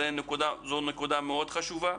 זאת נקודה מאוד חשובה.